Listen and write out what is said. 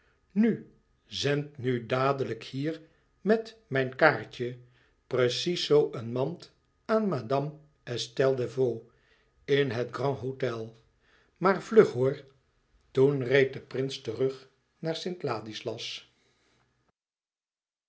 nu zend nu dadelijk hier met mijn kaartje precies zoo een mand aan madame estelle desvaux in het grand-hôtel maarvlug hoor toen reed de prins terug naar st ladislas